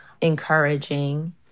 encouraging